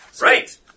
Right